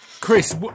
Chris